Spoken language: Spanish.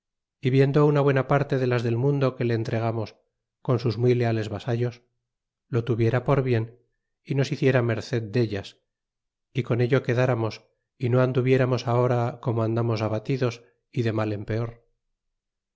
viendo una buena parte de las del mundo que le entregamos como sus muy leales vasallos lo tuviera por bien y nos hiciera merced dellas y con ello quedaramos y no anduvieramos ahora como andamos abatidos y de mal en peor